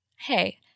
hey